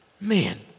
Man